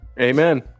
Amen